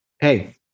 hey